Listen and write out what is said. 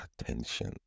attention